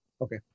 okay